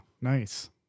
nice